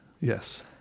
yes